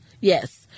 yes